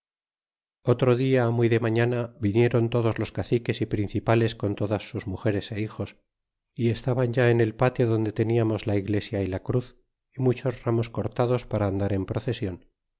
otro dia muy de mañana vinieron todos los caciques y principales con todas sus mugeres y hijos y estaban ya en el patio donde teníamos la iglesia y cruz y muchos ramos cortados para andar en procesion